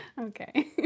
Okay